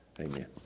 Amen